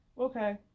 Okay